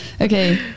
okay